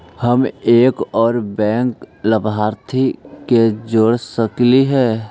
हम एक और बैंक लाभार्थी के जोड़ सकली हे?